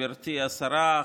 גברתי השרה,